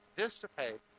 dissipate